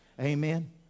Amen